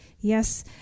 yes